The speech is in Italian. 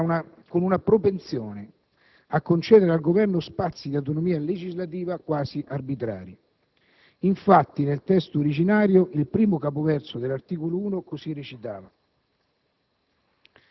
con una propensione a concedere al Governo spazi di autonomia legislativa quasi arbitrari. Infatti, nel testo originario il primo capoverso dell'articolo 1 così recitava: